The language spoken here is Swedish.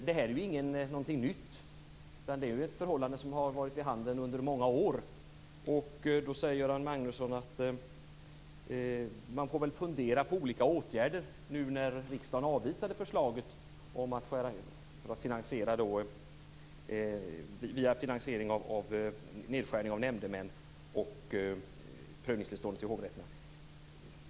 Det här är ingenting nytt, utan det är ett förhållande som har varit vid handen under många år. Då säger Göran Magnusson att man får fundera på olika åtgärder nu när riksdagen avvisade förslaget om en finansiering via nedskärning i fråga om nämndemän och prövningstillstånd till hovrätterna.